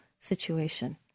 situation